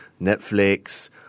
Netflix